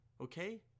okay